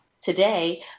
today